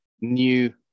new